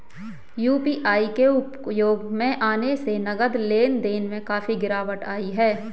UPI के उपयोग में आने से नगद लेन देन में काफी गिरावट आई हैं